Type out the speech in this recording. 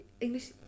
English